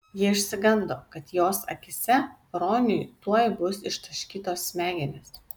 ji išsigando kad jos akyse roniui tuoj bus ištaškytos smegenys